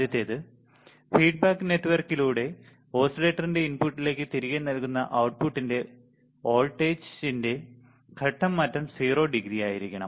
ആദ്യത്തേത് ഫീഡ്ബാക്ക് നെറ്റ്വർക്കിലൂടെ ഓസിലേറ്ററിന്റെ ഇൻപുട്ടിലേക്ക് തിരികെ നൽകുന്ന output വോൾട്ടേജിന്റെ ഘട്ടം മാറ്റം 00 ആയിരിക്കണം